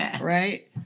right